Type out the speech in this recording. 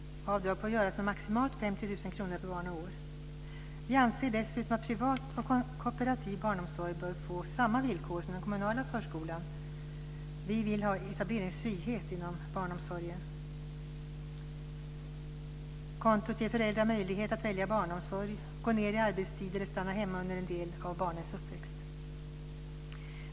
Avdrag får göras med maximalt Vi anser dessutom att privat och kooperativ barnomsorg bör få samma villkor som den kommunala förskolan. Vi vill ha etableringsfrihet inom barnomsorgen. Kontot ger föräldrar möjlighet att välja barnomsorg, gå ned i arbetstid eller stanna hemma under en del av barnens uppväxt.